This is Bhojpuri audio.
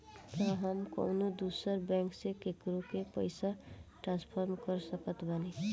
का हम कउनों दूसर बैंक से केकरों के पइसा ट्रांसफर कर सकत बानी?